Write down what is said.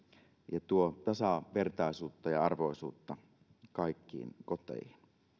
ja tuo tasavertaisuutta ja arvoisuutta kaikkiin koteihin